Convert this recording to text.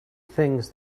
things